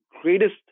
greatest